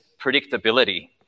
predictability